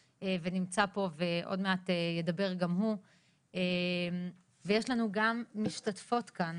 ונמצא פה ועוד מעט ידבר גם הוא ויש לנו גם משתתפות כאן